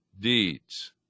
deeds